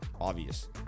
Obvious